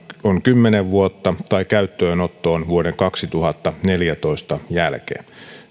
on kymmenen vuotta tai käyttöönotto on vuoden kaksituhattaneljätoista jälkeen